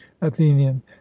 athenian